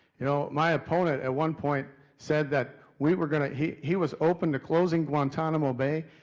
y'know, my opponent at one point said that we were going to he he was open to closing guantanamo bay,